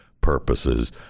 purposes